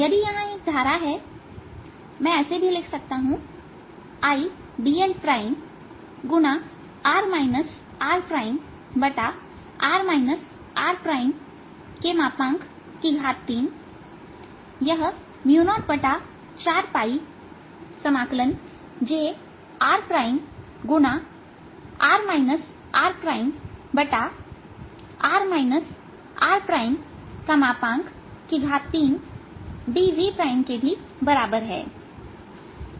यदि यहां एक धारा हैमैं ऐसे भी लिख सकता हूं I dl x r rr r3यह 04 j r × r rr r3dV के भी बराबर है